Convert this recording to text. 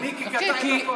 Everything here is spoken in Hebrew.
מיקי קטע את הכול.